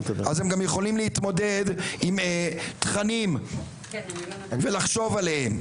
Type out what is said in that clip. אז הם גם יכולים להתמודד עם תכנים ולחשוב עליהם.